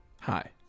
Hi